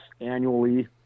annually